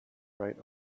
right